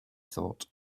thought